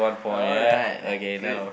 alright good